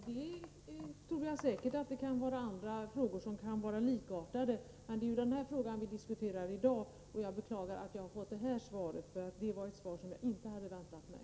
Herr talman! Jag tror säkert att det kan finnas andra frågor som är likartade, men det är frågan om koscherslaktat kött som vi i dag diskuterar. Jag beklagar att jag har fått det svar som civilministern här har lämnat, för det hade jag inte väntat mig.